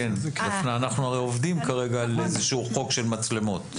אנחנו הרי עובדים כרגע על איזשהו חוק של מצלמות.